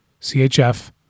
CHF